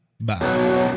Bye